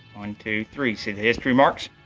one two three, see the history marks.